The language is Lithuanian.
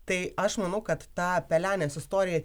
tai aš manau kad tą pelenės istoriją